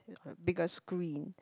bigger screen